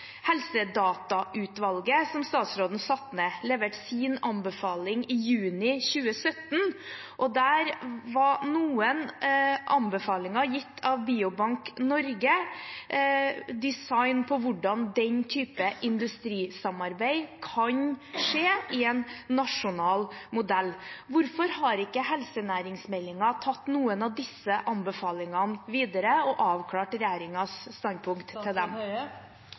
Helsedatautvalget, som statsråden satte ned, leverte sin anbefaling i juni 2017. Der var noen anbefalinger, gitt av Biobank Norge, design på hvordan den type industrisamarbeid kan skje i en nasjonal modell. Hvorfor har ikke helsenæringsmeldingen tatt noen av disse anbefalingene videre og avklart regjeringens standpunkt til dem?